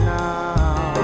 now